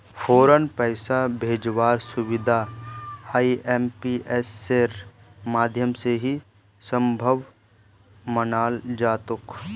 फौरन पैसा भेजवार सुबिधा आईएमपीएसेर माध्यम से ही सम्भब मनाल जातोक